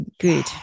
good